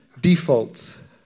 Defaults